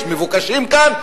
יש מבוקשים כאן.